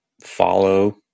follow